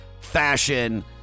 fashion